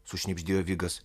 sušnibždėjo vigas